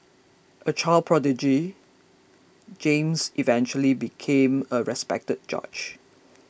a child prodigy James eventually became a respected judge